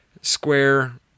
square